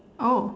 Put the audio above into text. oh